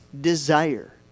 desire